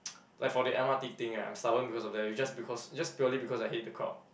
like for the M_R_T thing right I'm stubborn because of there is just because is just purely because I hate the crowd